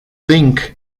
think